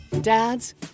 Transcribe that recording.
Dads